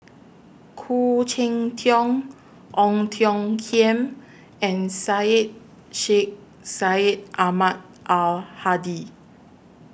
Khoo Cheng Tiong Ong Tiong Khiam and Syed Sheikh Syed Ahmad Al Hadi